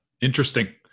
interesting